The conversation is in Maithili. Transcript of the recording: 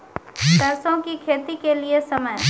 सरसों की खेती के लिए समय?